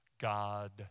God